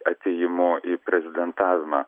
atėjimu į prezidentavimą